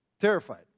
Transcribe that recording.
terrified